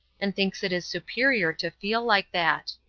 and thinks it is superior to feel like that.